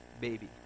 baby